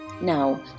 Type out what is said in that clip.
Now